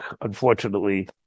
unfortunately